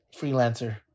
freelancer